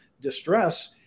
distress